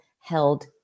held